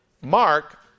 mark